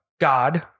God